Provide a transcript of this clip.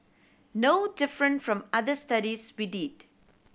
no different from other studies we did